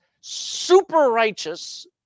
super-righteous